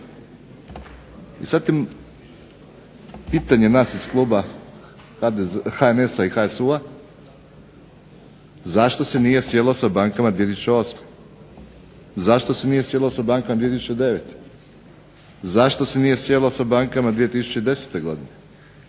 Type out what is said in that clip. I sada pitanje nas iz Kluba HNS HSU-a zašto se nije sjelo sa bankama 2008., zašto se nije sjelo sa bankama 2009. Zašto se nije sjelo sa bankama 2010. Sjelo